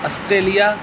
Australia